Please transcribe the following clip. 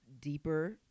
deeper